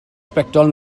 sbectol